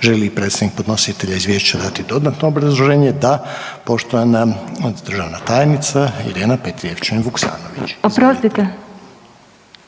Želi li predstavnik podnositelja izvješća dat dodatno obrazloženje? Poštovana državna tajnica Irena Petrijevčanin-Vuksanović.